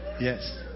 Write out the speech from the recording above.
Yes